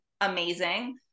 amazing